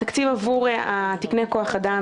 התפלאתי על מה שאתה אמרת.